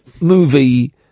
movie